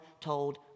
told